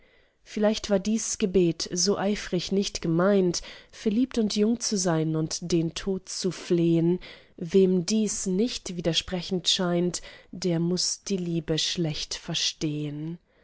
vielleicht war dies gebet so eifrig nicht gemeint verliebt und jung zu sein und um den tod zu flehen wem dies nicht widersprechend scheint der muß die liebe schlecht verstehen